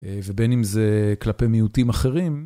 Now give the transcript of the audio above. אה.. ובין אם זה כלפי מיעוטים אחרים.